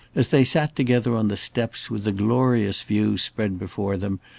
as they sat together on the steps with the glorious view spread before them,